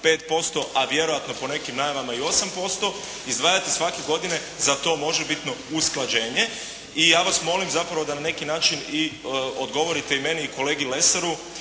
6,5% a vjerojatno po nekim najavama i 8% izdvajati svake godine za to možebitno usklađenje. I ja vas molim zapravo da na neki način i odgovorite i meni i kolegi Lesari